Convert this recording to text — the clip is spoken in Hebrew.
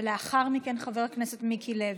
לאחר מכן, חבר הכנסת מיקי לוי.